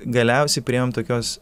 galiausiai priėjom tokios